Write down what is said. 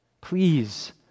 Please